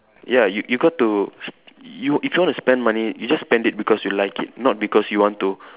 ya you you got to you if you want to spend money you just spend it because you like it not because you want to